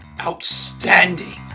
outstanding